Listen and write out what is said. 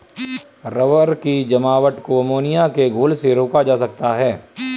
rubber की जमावट को अमोनिया के घोल से रोका जा सकता है